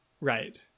Right